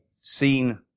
seen